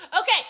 okay